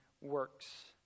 works